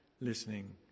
listening